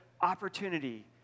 opportunity